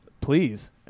please